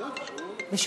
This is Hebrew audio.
בסדר, בשבוע הבא.